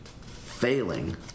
failing